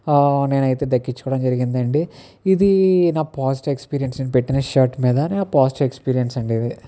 నేనైతే దక్కించుకోవడం జరిగింది అండి ఇది నా పాజిటివ్ ఎక్స్పీరియన్స్ నేను పెట్టిన షర్ట్ మీద ఆ పాజిటివ్ ఎక్స్పీరియన్స్ అండి ఇది